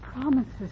promises